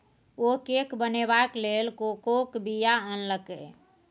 ओ cake बनेबाक लेल कोकोक बीया आनलकै